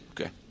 Okay